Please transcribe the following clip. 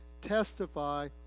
testify